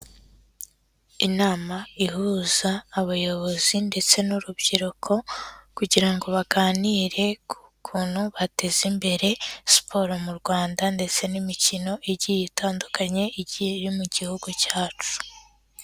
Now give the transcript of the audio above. Inama ihuza abayobozi ndetse n'urubyiruko kugira ngo baganire ku kuntu bateza imbere siporo mu Rwanda ndetse n'imikino igiye itandukanye igiye iri mu gihugu cyacu.